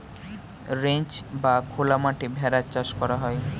ranch বা খোলা মাঠে ভেড়ার চাষ করা হয়